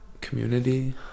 Community